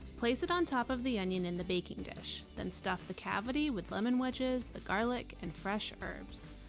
place it on top of the onion in the baking dish then stuff the cavity with lemon wedges, the garlic, and fresh herbs.